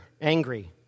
angry